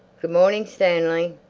good morning, stanley!